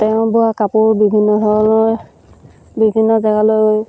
তেওঁ বোৱা কাপোৰ বিভিন্ন ধৰণৰ বিভিন্ন জেগালৈ